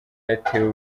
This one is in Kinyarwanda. yateye